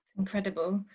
incredible,